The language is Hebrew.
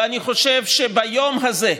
ואני חושב שביום הזה,